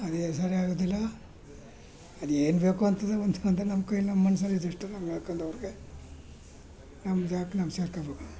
ಅದೇ ಸರಿ ಆಗೋದಿಲ್ಲ ಅದೇನು ಬೇಕು ಅಂತಲೇ ಹೋಲ್ಸ್ಕೊಂಡ್ರೆ ನಮ್ಮ ಕೈಲಿ ನಮ್ಮ ಮನ್ಸಲ್ಲಿ ಇದಿಷ್ಟು ನಮ್ಮ ಹೇಳ್ಕೊಂಡವ್ರ್ಗೆ ನಮ್ಮ ಜಾಗಕ್ಕೆ ನಾವು ಸೇರ್ಕೊಳ್ಬೇಕು